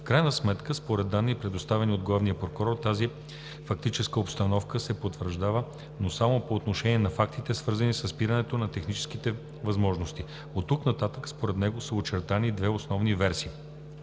В крайна сметка, според данните, предоставени от главния прокурор, тази фактическа обстановка се потвърждава, но само по отношение на фактите, свързани със спирането на техническите възможности. Оттук нататък, според него, са очертани две основни версии.